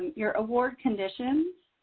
your award conditions